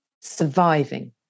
surviving